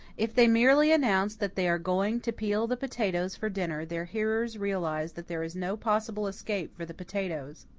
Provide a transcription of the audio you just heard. if they merely announce that they are going to peel the potatoes for dinner their hearers realize that there is no possible escape for the potatoes.